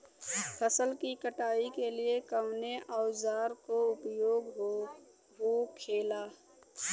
फसल की कटाई के लिए कवने औजार को उपयोग हो खेला?